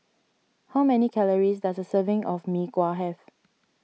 how many calories does a serving of Mee Kuah have